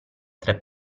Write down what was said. tre